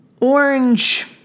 orange